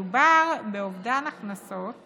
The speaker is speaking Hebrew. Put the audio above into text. מדובר באובדן הכנסות